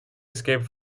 escape